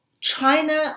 China